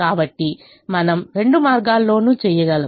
కాబట్టి మనము రెండు మార్గాల్లోనూ చేయగలం